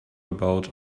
about